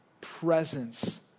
presence